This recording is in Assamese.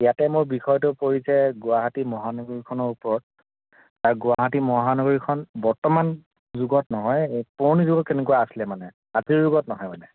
ইয়াতে মোৰ বিষয়তো পৰিছে গুৱাহাটী মহানগৰীখনৰ ওপৰত আৰু গুৱাহাটী মহানগৰীখন বৰ্তমান যুগত নহয় পুৰণি যুগত কেনেকুৱা আছিলে মানে আজিৰ যুগত নহয় মানে